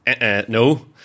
No